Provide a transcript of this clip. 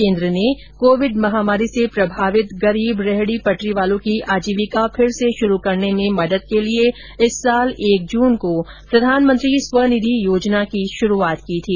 केन्द्र सरकार ने कोविड महामारी से प्रभावित गरीब रेहडी पटरीवालों की आजीविका फिर से शुरू करने में मदद के लिए इस साल एक जून को प्रधानमंत्री स्वनिधि योजना की शुरूआत की थी